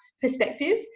perspective